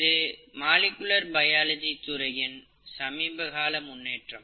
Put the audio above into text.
இது molecular biology துறையின் சமீபகால முன்னேற்றம்